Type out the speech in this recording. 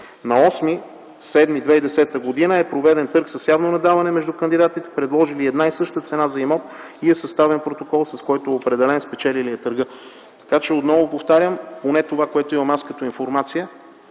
На 08.07.2010 г. е проведен търг с явно наддаване между кандидатите, предложили една и съща цена за имот, и е съставен протокол, с който е определен спечелилият търга. Така че, отново повтарям, поне това, което имам като информация,